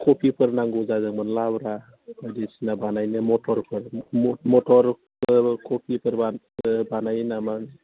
कबिफोर नांगौ जादोंमोन लाब्रा बायदिसिना बानायनो मटरफोर मटर कबिफोर बानायो नामा